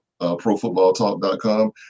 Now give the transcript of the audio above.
ProFootballTalk.com